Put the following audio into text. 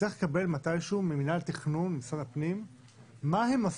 נצטרך לקבל מתי שהוא ממינהל התכנון במשרד הפנים מה הם,